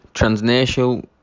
Transnational